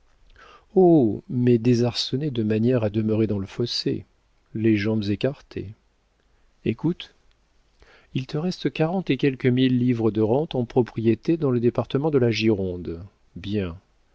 mais désarçonné de manière à demeurer dans le fossé les jambes cassées écoute il te reste quarante et quelques mille livres de rente en propriétés dans le département de la gironde bien